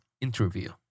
interview